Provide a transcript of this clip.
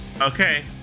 Okay